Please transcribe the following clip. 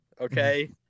okay